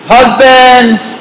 Husbands